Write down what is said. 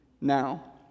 Now